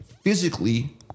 physically